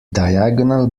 diagonal